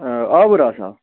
آ آوُر آسہٕ ہا